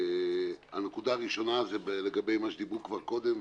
נקודה ראשונה נוגעת למה שדיברו כבר קודם,